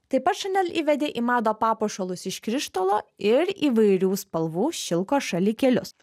taip pat šanel įvedė į madą papuošalus iš krištolo ir įvairių spalvų šilko šalikėlius